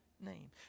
Name